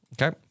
Okay